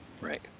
Right